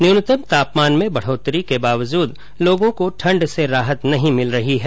न्यूनतम तापमान में बढोतरी के बावजूद लोगो को ठण्ड से राहत नहीं मिल रही है